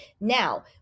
Now